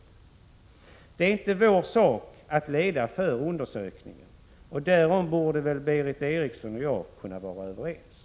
Det är inte vår sak att leda förundersökningen. Därom borde väl Berith Eriksson och jag kunna vara överens.